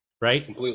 right